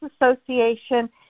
Association